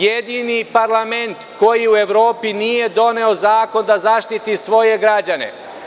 Jedini parlament koji u Evropi nije doneo zakon da zaštiti svoje građane.